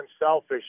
unselfish